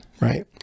Right